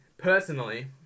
Personally